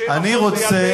אדוני היושב-ראש,